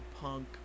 punk